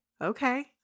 okay